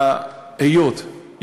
היות,